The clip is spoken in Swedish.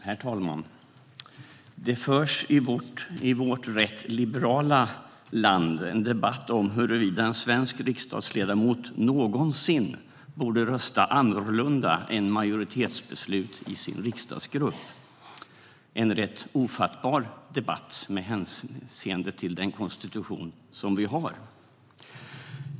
Herr talman! Det förs i vårt rätt liberala land en debatt om huruvida en svensk riksdagsledamot någonsin borde rösta annorlunda än enligt majoritetsbeslut i sin riksdagsgrupp - en rätt ofattbar debatt med tanke på den konstitution som vi har.